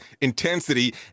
intensity